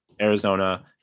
Arizona –